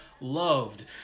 loved